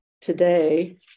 today